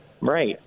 Right